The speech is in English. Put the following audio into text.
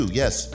yes